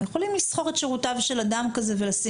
יכולים לשכור את שירותיו של אדם כזה ולשים